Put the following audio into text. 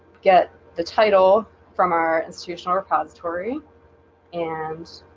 get the title from our institutional repository and